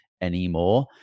anymore